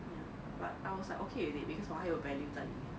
ya but I was like okay already because 我还有 value 在里面